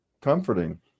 comforting